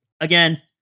Again